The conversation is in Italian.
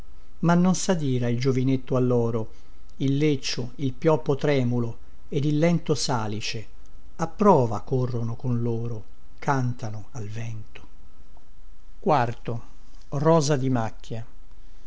ma non sadira il giovinetto alloro il leccio il pioppo tremulo ed il lento salice a prova corrono con loro cantano al vento rosa di macchia